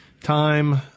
time